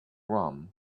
rum